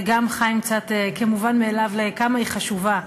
וגם חיים קצת, כמובן מאליו לכמה היא חשובה.